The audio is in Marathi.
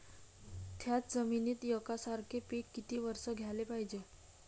थ्याच जमिनीत यकसारखे पिकं किती वरसं घ्याले पायजे?